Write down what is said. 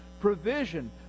provision